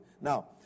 Now